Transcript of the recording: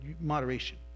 moderation